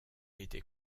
était